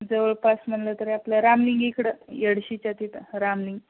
जवळपास म्हटलं तर आपल्या रामलिंग इकडं एडशीच्या तिथं रामलिंग